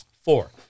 Four